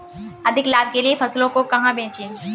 अधिक लाभ के लिए फसलों को कहाँ बेचें?